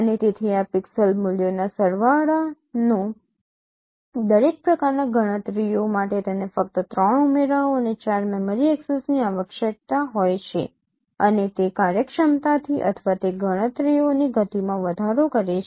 અને તેથી આ પિક્સેલ મૂલ્યોના સરવાળાનો દરેક પ્રકારનાં ગણતરીઓ માટે તેને ફક્ત ૩ ઉમેરાઓ અને ૪ મેમરી એકસેસની આવશ્યકતા હોય છે અને તે કાર્યક્ષમતાથી અથવા તે ગણતરીઓની ગતિમાં વધારો કરે છે